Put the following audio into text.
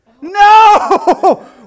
No